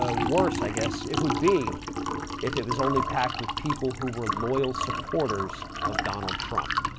ah worse, i guess it would be if it was only packed with people who were loyal supporters of donald trump.